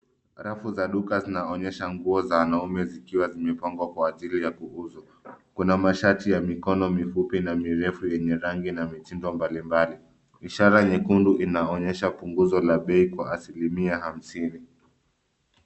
Rafu za duka zinaonesha nguo za wanaume zikiwa zimepangwa kwa ajili ya kuuzwa. Kuna mashati ya mikono mifupi na mirefu yenye rangi na mitindo mbalimbali. Ishira nyekundu inaonesha punguzo la bei kwa asilimia hamsini.